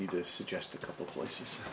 need to suggest a couple places